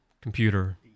Computer